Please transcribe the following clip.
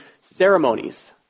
ceremonies